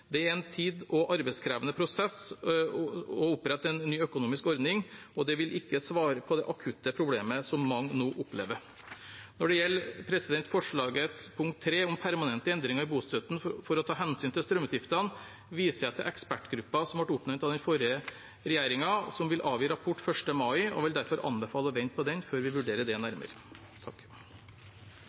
Det er en tid- og arbeidskrevende prosess å opprette en ny økonomisk ordning, og det vil ikke svare på det akutte problemet som mange nå opplever. Når det gjelder forslagets punkt 3, om permanente endringer i bostøtten for å ta hensyn til strømutgiftene, viser jeg til ekspertgruppen som ble oppnevnt av den forrige regjeringen, som vil avgi rapport 1. mai, og vil derfor anbefale å vente på den før vi vurderer det nærmere.